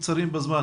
האיתור.